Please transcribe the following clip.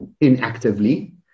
inactively